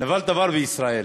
נפל דבר בישראל,